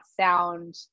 sound